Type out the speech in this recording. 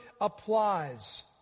applies